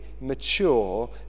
mature